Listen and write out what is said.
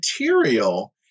material